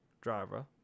driver